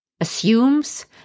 assumes